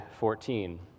14